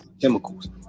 chemicals